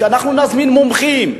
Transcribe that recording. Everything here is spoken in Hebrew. שאנחנו נזמין מומחים,